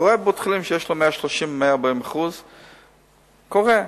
קורה בבית-חולים שיש לו 130% 140%. קורה.